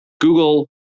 Google